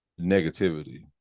negativity